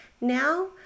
now